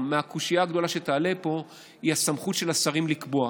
או הקושיה הגדולה שתעלה פה היא הסמכות של השרים לקבוע.